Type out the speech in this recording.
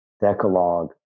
Decalogue